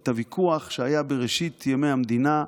את הוויכוח שהיה בראשית ימי המדינה,